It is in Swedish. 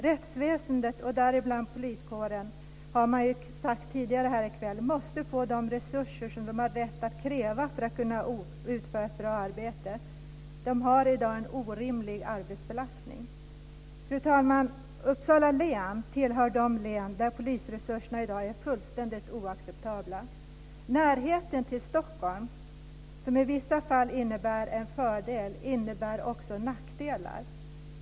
Rättsväsendet, och därmed också poliskåren, måste, som sagts tidigare här i kväll, få de resurser som man har rätt att kräva för att kunna utföra ett bra arbete. Man har i dag en orimlig arbetsbelastning. Fru talman! Uppsala län tillhör de län där polisresurserna i dag är fullständigt oacceptabla. Närheten till Stockholm, som i vissa fall innebär en fördel, innebär också nackdelar.